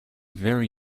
very